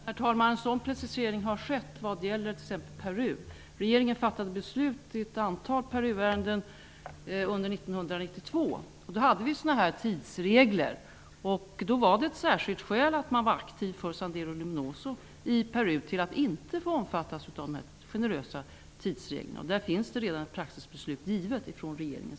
Herr talman! En sådan precisering har skett när det gäller t.ex. Peru. Under 1992 fattade regeringen beslut i ett antal Peruärenden. Då tillämpade vi tidsregler. Att man var aktiv för Sendero Luminoso var då ett skäl till att man inte omfattades av de generösa tidsreglerna. I det sammanhanget finns redan ett praxisbeslut som har fattats av regeringen.